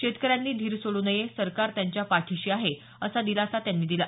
शेतकऱ्यांनी धीर सोडू नये सरकार त्यांच्या पाठीशी आहे असा दिलासा त्यांनी शेतकऱ्यांना दिला